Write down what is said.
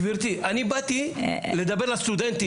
גברתי, אני באתי לדבר אל הסטודנטים.